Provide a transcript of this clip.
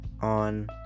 on